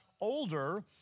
older